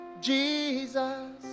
jesus